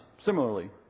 similarly